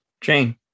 Jane